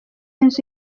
nzu